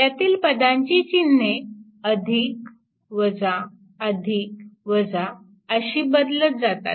यातील पदांची चिन्हे अशी बदलत जातात